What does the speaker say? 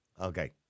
Okay